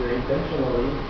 intentionally